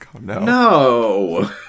No